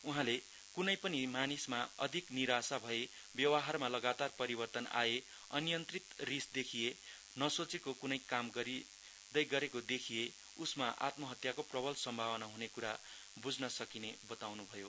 उहाँले कुनै पनि मानिसमा अधिक निराशा भए व्यवहारमा लगातार परिवर्तन भए अनियन्त्रित रिश देखिए नसोचि कुनै काम गर्दैगरेको देखिए उसमा आत्महत्याको प्रबल सम्भावना हुने कुरा बुझ्न सकिने बताउनुभयो